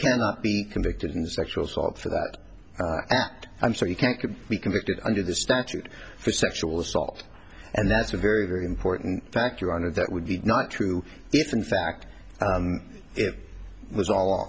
can't be convicted in sexual assault for that act i'm sorry you can't be convicted under the statute for sexual assault and that's a very very important factor on and that would be not true if in fact it was all